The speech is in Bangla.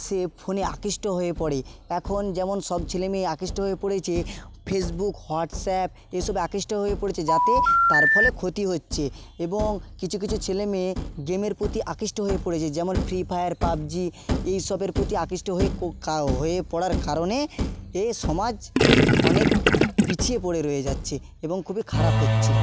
সে ফোনে আকৃষ্ট হয়ে পড়ে এখন যেমন সব ছেলে মেয়ে আকৃষ্ট হয়ে পড়েচে ফেসবুক হোয়াটসঅ্যাপ এসবে আকৃষ্ট হয়ে পড়েছে যাতে তার ফলে ক্ষতি হচ্ছে এবং কিছু কিছু ছেলে মেয়ে গেমের প্রতি আকৃষ্ট হয়ে পড়েছে যেমন ফ্রি ফায়ার পাবজি এই সবের প্রতি আকৃষ্ট হয়ে পড়ার কারণে এ সমাজ অনেক পিছিয়ে পড়ে রয়ে যাচ্ছে এবং খুবই খারাপ হচ্ছে